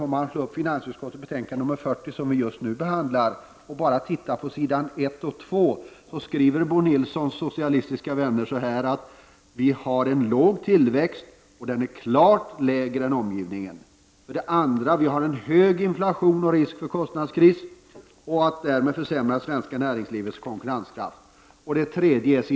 På s. 1 och 2i finansutskottets betänkande 40, som vi just nu behandlar, skriver nämligen Bo Nilssons socialistiska vänner att vi har en låg tillväxt och att den är klart lägre än genomsnittet för Västeuropa. Det står också att vi har en hög inflation och att det är risk för kostnadskris och att svenskt näringslivs konkurrenskraft därmed försämras.